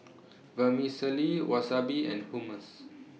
Vermicelli Wasabi and Hummus